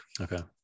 Okay